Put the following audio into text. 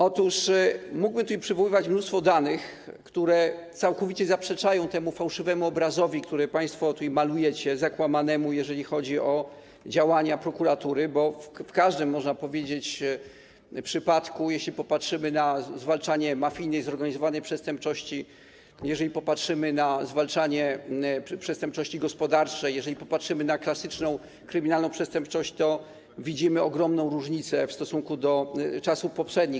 Otóż mógłbym przywoływać mnóstwo danych, które całkowicie zaprzeczają temu fałszywemu obrazowi, który państwo tutaj malujecie, zakłamanemu, jeżeli chodzi o działania prokuratury, bo w każdym, można powiedzieć, przypadku, jeśli popatrzymy na zwalczanie mafijnej zorganizowanej przestępczości, jeżeli popatrzymy na zwalczanie przestępczości gospodarczej, jeżeli popatrzymy na klasyczną kryminalną przestępczość, to widzimy ogromną różnicę w stosunku do czasów poprzednich.